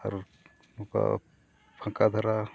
ᱟᱨ ᱱᱚᱝᱠᱟ ᱯᱷᱟᱸᱠᱟ ᱫᱷᱟᱨᱟ